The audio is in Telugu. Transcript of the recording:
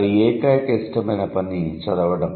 వారి ఏకైక ఇష్టమైన పని చదవడం